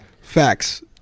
Facts